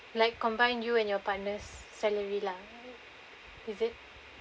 like combine you and your partner's salary lah is it